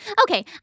Okay